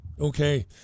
Okay